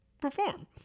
perform